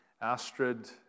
Astrid